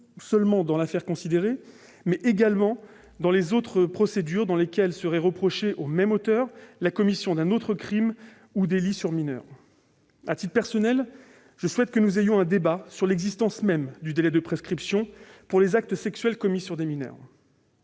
seulement dans l'affaire considérée, mais également dans les autres procédures dans lesquelles serait reprochée, au même auteur, la commission d'un autre crime ou délit sur mineur. À titre personnel, je souhaite que nous ayons un débat sur l'existence même du délai de prescription pour les actes sexuels commis sur des mineurs.